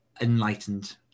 enlightened